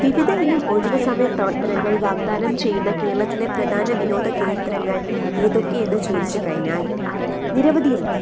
വിവിധ ഇനം ഒഴിവു സമയ പ്രവർത്തനങ്ങൾ വാഗ്ദാനം ചെയ്യുന്ന കേരളത്തിലെ പ്രധാന വിനോദ കേന്ദ്രങ്ങൾ ഏതൊക്കെയെന്ന് ചോദിച്ചു കഴിഞ്ഞാൽ നിരവധിയുണ്ട്